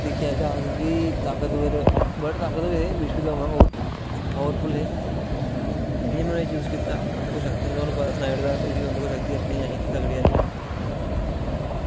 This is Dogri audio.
दिक्खेआ जा ते ताकतबर बल्ड कप ते होए विश्वकप पॉवरफुल्ल उऐ में चूज़ किता उंदे कोल शक्तियं हां में तुसेंगी सनाई ओड़ेआ कि अपनें असें